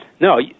no